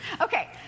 Okay